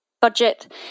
budget